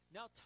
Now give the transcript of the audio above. Now